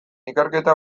ikerketa